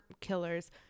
killers